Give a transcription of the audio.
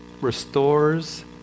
restores